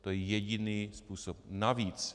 To je jediný způsob navíc.